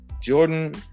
Jordan